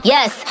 Yes